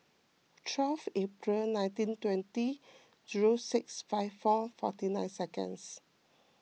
twelve April nineteen twenty zero six five four forty nine seconds